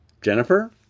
Jennifer